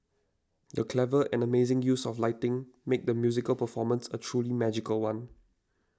the clever and amazing use of lighting made the musical performance a truly magical one